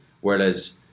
Whereas